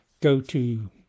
go-to